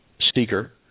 speaker